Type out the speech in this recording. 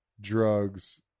drugs